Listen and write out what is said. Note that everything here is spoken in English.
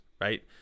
Right